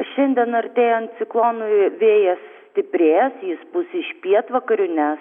šiandien artėjant ciklonui vėjas stiprės jis bus iš pietvakarių neš